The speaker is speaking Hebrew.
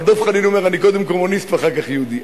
אבל דב חנין אומר: אני קודם כול קומוניסט ואחר כך יהודי.